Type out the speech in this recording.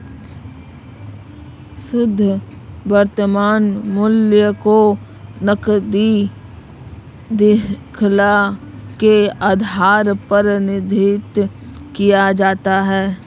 शुद्ध वर्तमान मूल्य को नकदी शृंखला के आधार पर निश्चित किया जाता है